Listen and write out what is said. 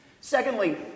Secondly